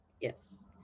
yes